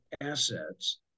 assets